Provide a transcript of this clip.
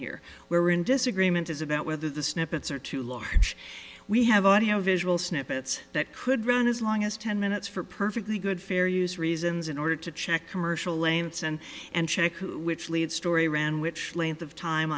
here where we're in disagreement is about whether the snippets are too large we have audio visual snippets that could run as long as ten minutes for perfectly good fair use reasons in order to check commercial lengths and and check which lead story ran which length of time